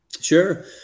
Sure